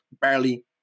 barely